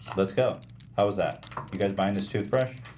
let's go how is that you guys buying this toothbrush?